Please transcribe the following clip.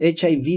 HIV